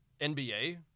NBA